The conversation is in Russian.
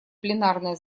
пленарное